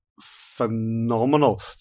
phenomenal